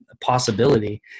possibility